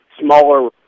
smaller